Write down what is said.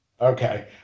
Okay